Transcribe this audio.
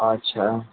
अच्छा